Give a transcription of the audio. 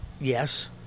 Yes